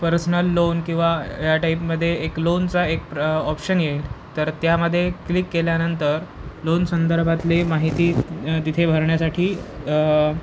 personal loan किंवा या टाईपमध्ये एक लोनचा एक प्र ऑप्शन येईल तर त्यामध्ये क्लिक केल्यानंतर लोन संदर्भातली माहिती तिथे भरण्यासाठी